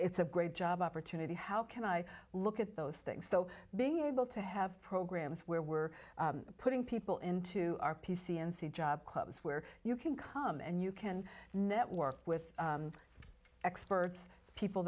it's a great job opportunity how can i look at those things so being able to have programs where we're putting people into our p c and see job clubs where you can come and you can network with experts people